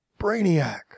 Brainiac